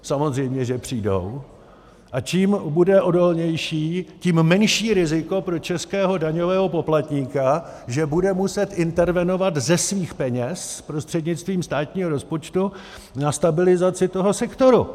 Samozřejmě že přijdou, a čím bude odolnější, tím menší riziko pro českého daňového poplatníka, že bude muset intervenovat ze svých peněz prostřednictvím státního rozpočtu na stabilizaci toho sektoru.